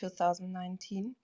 2019